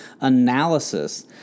analysis